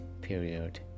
period